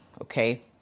Okay